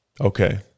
Okay